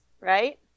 right